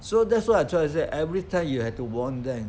so that's why I trying to say every time you have to warn them